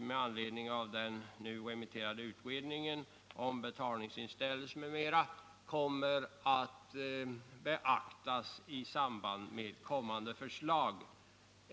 med anledning av den nu remitterade utredningen om betalningsinställelse m. m,. beaktas i samband med kommande förslag.